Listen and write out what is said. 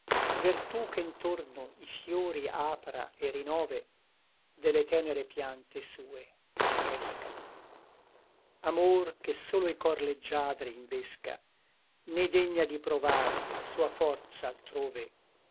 vertú che ntorno i fiori apra et rinove de le tenere piante sue par ch'esca amor che solo i cor leggiadri invesca né degna di provar sua forza altrove